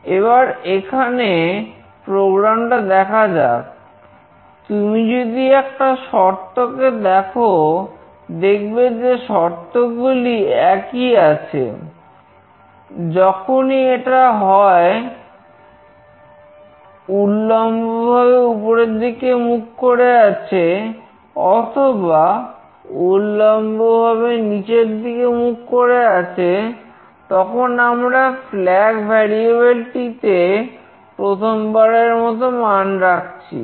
এবার এখানে প্রোগ্রাম টিতে প্রথমবারের মতো মান রাখছি